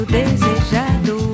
desejado